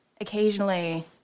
occasionally